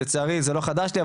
לצערי זה לא חדש לי,